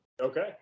Okay